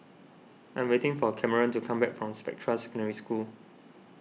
I'm waiting for Cameron to come back from Spectra Secondary School